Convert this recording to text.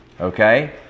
Okay